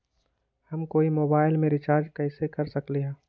हम कोई मोबाईल में रिचार्ज कईसे कर सकली ह?